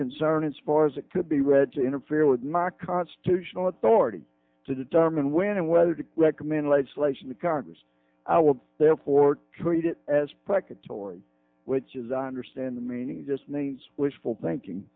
concern as far as it could be read to interfere with my constitutional authority to determine when and whether to recommend legislation to congress i will therefore treat it as placatory which is understand the meaning just needs wishful thinking